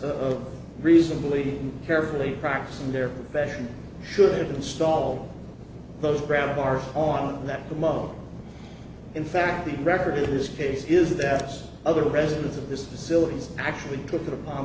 of reasonably carefully practicing their profession should install those grab bars on that the mug in fact the record in this case is that other residents of this facility actually took it upon